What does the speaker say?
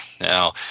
now